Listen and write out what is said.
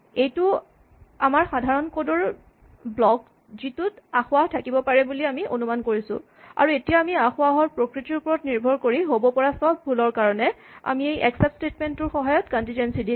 এইটো আমাৰ সাধাৰণ কড ৰ ব্লক টো যিটোত আসোঁৱাহ থাকিব পাৰে বুলি আমি অনুমান কৰিছোঁ আৰু এতিয়া আমি আসোঁৱাহৰ প্ৰ্কৃতিৰ ওপৰত নিৰ্ভৰ কৰি হ'ব পৰা চব ভুলৰ কাৰণে আমি এই এক্সচেপ্ট স্টেটমেন্টটোৰ সহায়ত কন্টিজেন্জী দিম